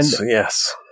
yes